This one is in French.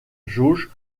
jauge